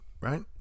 right